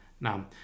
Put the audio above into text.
Now